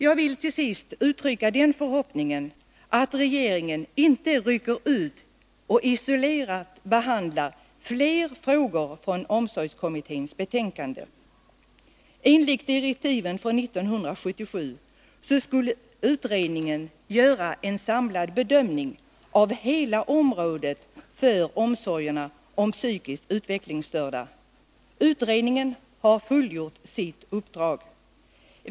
Jag vill till sist uttrycka den förhoppningen, att regeringen inte rycker ut och isolerat behandlar fler frågor från omsorgskommitténs betänkande. Enligt direktiven från 1977 skulle utredningen göra en samlad bedömning av hela området för omsorgerna om psykiskt utvecklingsstörda. Utredningen har fullgjort sitt uppdrag.